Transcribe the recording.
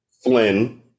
Flynn